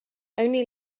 only